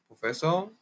professor